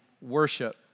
worship